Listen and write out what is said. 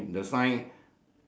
the circle the bird yes